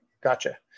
Gotcha